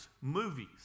movies